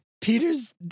Peter's